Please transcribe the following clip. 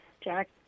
Jack